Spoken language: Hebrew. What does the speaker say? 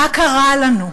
מה קרה לנו?